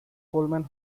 coleman